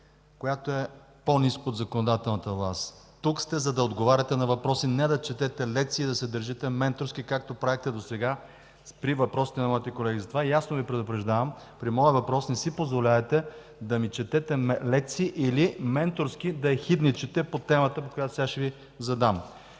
която е по-ниска от законодателната. Тук сте, за да отговаряте на въпроси, не да четете лекции и да се държите менторски, както правихте досега при въпросите на моите колеги. Затова ясно Ви предупреждавам: при моя въпрос не си позволявайте да ми четете лекции или менторски да ехидничите по темата, която сега ще Ви задам.